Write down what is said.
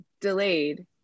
delayed